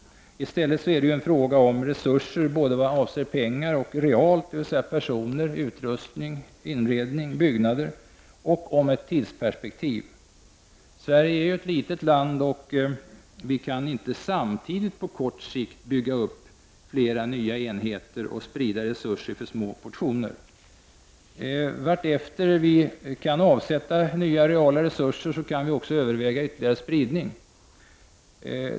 I stället handlar det om resurser i form av pengar men även realt — dvs. med avseende på personer, utrustning, inredning och byggnader. Dessutom är det fråga om tidsperspektivet. Sverige är ju ett litet land. Vi kan inte på samma gång och på kort sikt bygga upp flera nya enheter och sprida resurser i alltför små portioner. Allteftersom vi kan avsätta nya reala resurser kan vi också överväga detta med en ytterligare spridning.